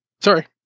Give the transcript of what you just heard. Sorry